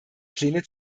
pläne